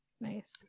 nice